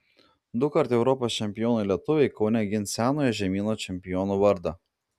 dukart europos čempionai lietuviai kaune gins senojo žemyno čempionų vardą